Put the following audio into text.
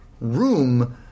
room